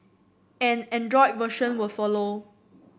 an Android version will follow